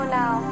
now